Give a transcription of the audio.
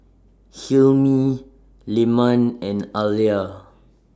Hilmi Leman and Alya